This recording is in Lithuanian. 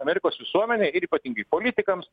amerikos visuomenei ir ypatingai politikams